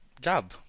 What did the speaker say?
job